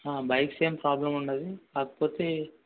bikes ఏం problem ఉండదు కాకపోతే